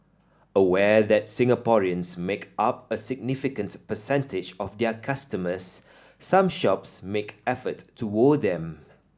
aware that Singaporeans make up a significant percentage of their customers some shops make effort to woo them